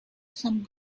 some